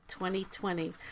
2020